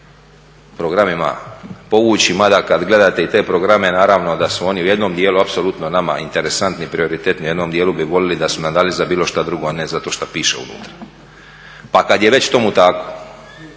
programima povući, mada kad gledate i te programe, naravno da su oni u jednom dijelu apsolutno nama interesantni, prioritetni. U jednom dijelu bi voljeli da su nam dali za bilo što drugo, a ne za to što piše unutra. Pa kad je već tomu tako,